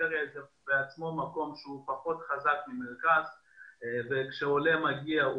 פריפריה היא עצמה מקום שהוא פחות חזק מהמרכז וכשעולה מגיע,